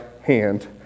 hand